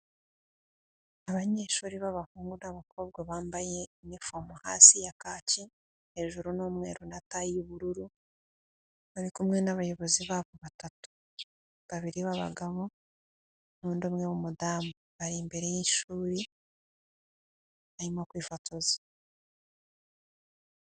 Abanyeshuri b'abahungu n'abakobwa bambaye inifomu hasi ya kaki, hejuru n'umweru na tayi y'ubururu bari kumwe n'abayobozi babo batatu, babiri b'abagabo n'undi umwe w'umudamu, bari imbere y'ishuri barimo kwifotoza.